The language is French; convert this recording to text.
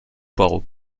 poireaux